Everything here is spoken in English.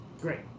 Great